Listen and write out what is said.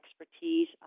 expertise